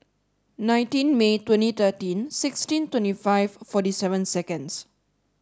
nineteen May twenty thirteen sixteen twenty five forty seven seconds